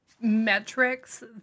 metrics